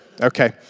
Okay